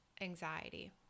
anxiety